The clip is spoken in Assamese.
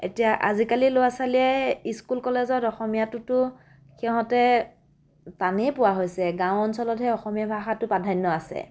এতিয়া আজিকালিৰ ল'ৰা ছোৱালীয়ে স্কুল কলেজত অসমীয়াটোতো সিহঁতে টানেই পোৱা হৈছে গাঁও অঞ্চলতহে অসমীয়া ভাষাটোৰ প্ৰাধান্য আছে